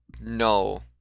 No